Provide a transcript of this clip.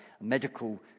medical